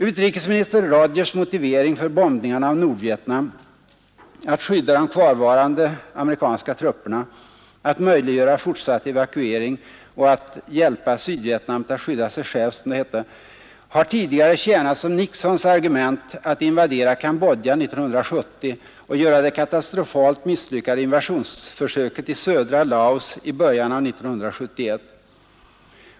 Utrikesminister Rogers” motivering för bombningarna av Nordvietnam — att skydda de kvarvarande amerikanska trupperna, att möjliggöra fortsatt evakuering och att ”hjälpa Sydvietnam att skydda sig självt” — har tidigare tjänat som Nixons argument för att invadera Cambodja 1970 och göra det katastrofalt misslyckade invasionsförsöket i södra Laos i början av 1971.